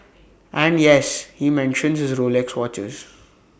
and yes he mentions his Rolex watches